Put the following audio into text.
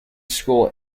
school